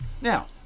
Now